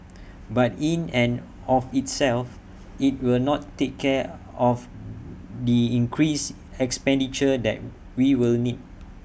but in and of itself IT will not take care of the increased expenditure that we will need